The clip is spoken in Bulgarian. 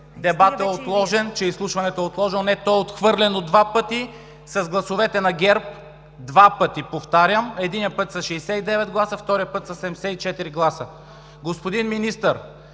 дебатът е отложен, че изслушването е отложено. Не, то е отхвърлено два пъти с гласовете на ГЕРБ – два пъти, повтарям. Единият път с 69 гласа, вторият път със 74 гласа. Господин Министър,